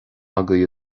agaibh